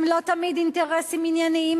הם לא תמיד אינטרסים ענייניים,